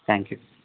thank you